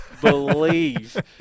believe